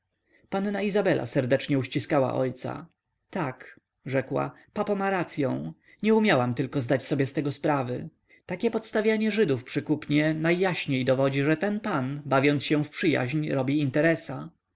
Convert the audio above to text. panna izabela serdecznie uściskała ojca tak rzekła papo ma racyą nie umiałam tylko zdać sobie z tego sprawy takie podstawianie żydów przy kupnie najjaśniej dowodzi że ten pan bawiąc się w przyjaźń robi interesa